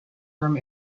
term